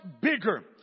bigger